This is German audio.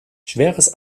schweres